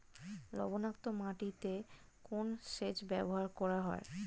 লবণাক্ত মাটিতে কোন সেচ ব্যবহার করা হয়?